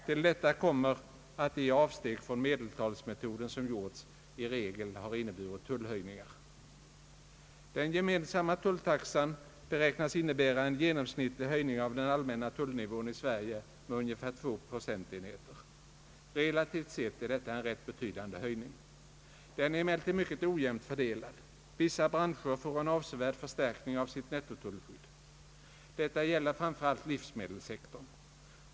Till detta kommer att de avsteg från medeltalsmetoden som Allmänpolitisk debatt gjorts i regel har inneburit tullhöjningar. Den gemensamma tulltaxan beräknas innebära en genomsnittlig höjning av den allmänna tullnivån i Sverige med ungefär två procentenheter. Relativt sett är detta en rätt betydande höjning. Den är emellertid mycket ojämnt fördelad. Vissa branscher får en avsevärd förstärkning av sitt nettotullskydd. Detta gäller framför allt livsmedelssektorn.